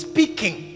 Speaking